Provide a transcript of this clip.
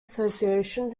association